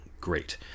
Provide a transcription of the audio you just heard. great